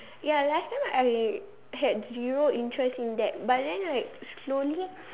ya last time I had zero interest in that but then right slowly